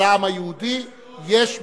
אבל לעם היהודי יש,